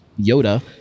Yoda